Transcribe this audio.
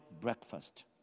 breakfast